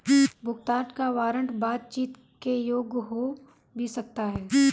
भुगतान का वारंट बातचीत के योग्य हो भी सकता है